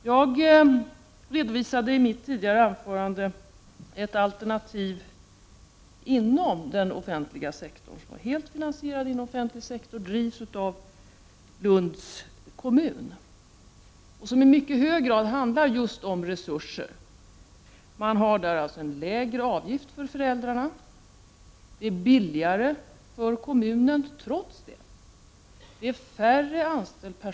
Jag redovisade i mitt tidigare anförande ett alternativ inom den offentliga sektorn som är helt finansierat inom den offentliga sektorn, som drivs av Lunds kommun och som i mycket hög grad handlar om resurser. Föräldrarna betalar en lägre avgift, men trots detta är detta alternativ billigare för kommunen. En mindre personal är anställd.